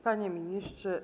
Panie Ministrze!